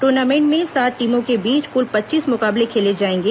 tournament में सात टीमों के बीच कुल पच्चीस मुकाबले खेले जाएंगे